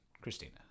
Christina